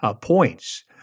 points—